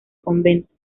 convento